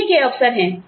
सीखने के अवसर हैं